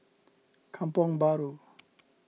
Kampong Bahru